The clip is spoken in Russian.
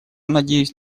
надеюсь